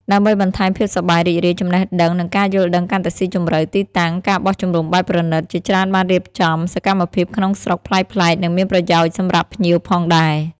ដើម្បីបន្ថែមភាពសប្បាយរីករាយ ចំណេះដឹង និងការយល់ដឹងកាន់តែស៊ីជម្រៅ ទីតាំង ការបោះជំរំបែបប្រណីត ជាច្រើនបានរៀបចំ សកម្មភាពក្នុងស្រុក ប្លែកៗ និងមានប្រយោជន៍សម្រាប់ភ្ញៀវផងដែរ។